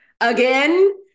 again